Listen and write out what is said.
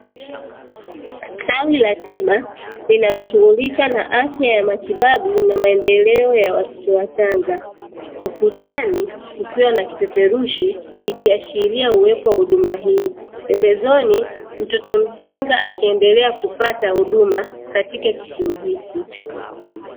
Sehemu ya tiba inayoshughulika na afya ya matibabu na maendeleo ya watoto wachanga. Ukutani kukiwa na kipeperushi kikiashiria uwepo wa huduma hii, pembezoni mtoto mchanga akiendelea kupata huduma katika kituo hiki.